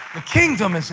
the kingdom is